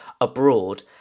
abroad